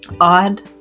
odd